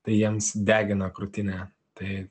tai jiems degina krūtinę tai